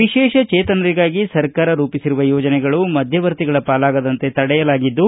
ವಿಶೇಷಜೇತನರಿಗಾಗಿ ಸರ್ಕಾರ ರೂಪಿಸಿರುವ ಯೋಜನೆಗಳು ಮಧ್ಯವರ್ತಿಗಳ ಪಾಲಾಗದಂತೆ ತಡೆಯಲಾಗಿದ್ದು